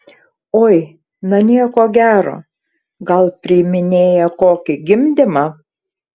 oi na nieko gero gal priiminėja kokį gimdymą